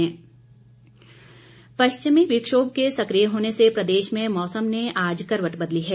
मौसम पश्चिमी विक्षोभ के सक्रिय होने से प्रदेश में मौसम ने आज करवट बदली है